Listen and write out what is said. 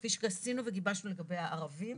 כפי שעשינו וגיבשנו לגבי הערבים.